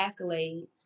accolades